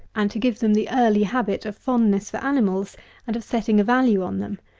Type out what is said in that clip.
and to give them the early habit of fondness for animals and of setting a value on them,